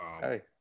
Hey